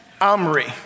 Omri